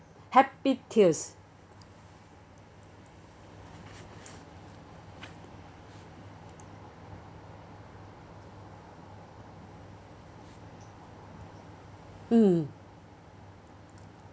happy tears mm